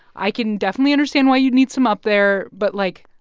i can definitely understand why you'd need some up there. but, like,